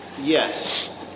Yes